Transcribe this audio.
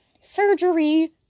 Surgery